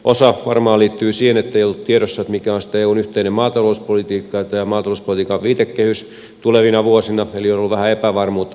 osa varmaan liittyy siihen ettei ole ollut tiedossa mikä on eun yhteinen maatalouspolitiikka ja maatalouspolitiikan viitekehys tulevina vuosina eli on ollut vähän epävarmuutta siitä